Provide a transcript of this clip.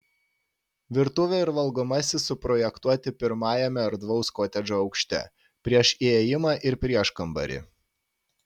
virtuvė ir valgomasis suprojektuoti pirmajame erdvaus kotedžo aukšte prieš įėjimą ir prieškambarį